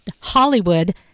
Hollywood